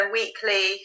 weekly